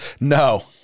no